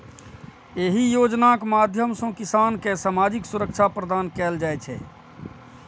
एहि योजनाक माध्यम सं किसान कें सामाजिक सुरक्षा प्रदान कैल जाइ छै